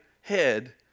head